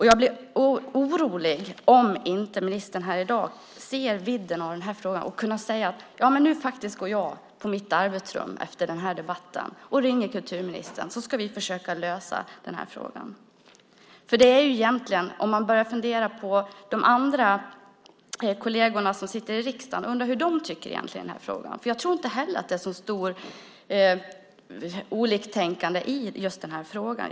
Jag blir orolig om inte ministern här i dag ser vidden av frågan och kan säga: Nu går jag till mitt arbetsrum efter debatten och ringer kulturministern, så ska vi försöka lösa frågan. Om man börjar fundera på de andra kollegerna som sitter i riksdagen kan man undra hur de egentligen tycker i frågan. Jag tror inte heller att det är så stort oliktänkande i just den här frågan.